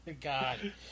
God